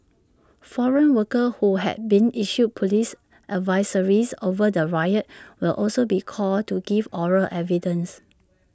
foreign workers who had been issued Police advisories over the riot will also be called to give oral evidence